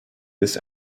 this